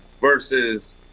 versus